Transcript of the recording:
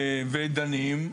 ודנים,